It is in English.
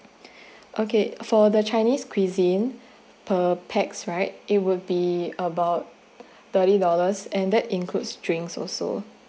okay for the chinese cuisine per pax right it would be about thirty dollars and that includes drinks also